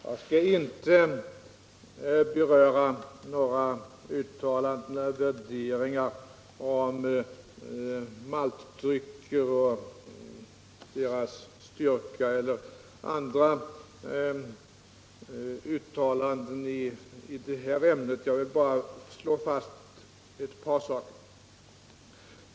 Herr talman! Jag skall inte beröra några uttalanden eller värderingar om maltdrycker och deras styrka eller andra uttalanden i det ämnet. Jag vill bara slå fast ett par saker.